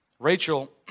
Rachel